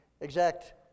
exact